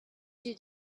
she